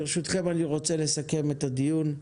ברשותכם אני רוצה לסכם את הדיון.